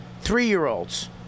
Three-year-olds